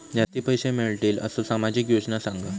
जास्ती पैशे मिळतील असो सामाजिक योजना सांगा?